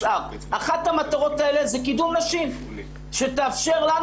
אחת המטרות האלה זה קידום נשים שתאפשר לנו